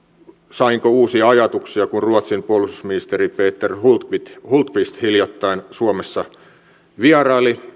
sainko uusia ajatuksia kun ruotsin puolustusministeri peter hultqvist hultqvist hiljattain suomessa vieraili